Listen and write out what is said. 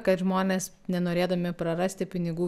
kad žmonės nenorėdami prarasti pinigų